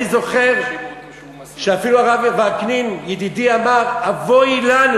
אני זוכר שאפילו הרב וקנין ידידי אמר: אבוי לנו